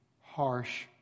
harsh